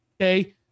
Okay